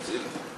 שתדעי לך,